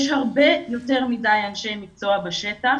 יש הרבה יותר מדי אנשי מקצוע בשטח